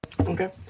okay